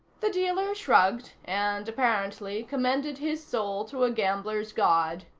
the dealer shrugged and, apparently, commended his soul to a gambler's god.